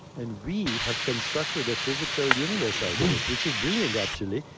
and we have constructed a physical universe out of it, which is brilliant, actually,